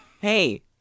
Hey